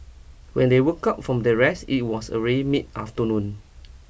when they woke up from their rest it was already mid afternoon